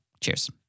Cheers